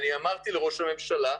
אמרתי לראש הממשלה,